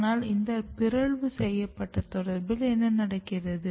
ஆனால் இந்த பிறழ்வு செய்யப்பட்ட தொடர்பில் என்ன நடக்கிறது